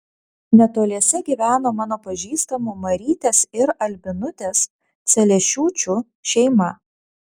netoliese gyveno mano pažįstamų marytės ir albinutės celiešiūčių šeima